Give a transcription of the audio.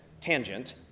tangent